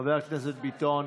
חבר הכנסת ביטון,